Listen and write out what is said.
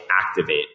activate